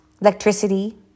electricity